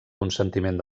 consentiment